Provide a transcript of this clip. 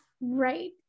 Right